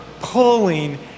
Pulling